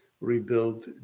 rebuild